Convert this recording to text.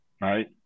right